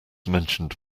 mentioned